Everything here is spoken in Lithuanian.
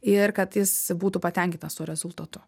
ir kad jis būtų patenkintas tuo rezultatu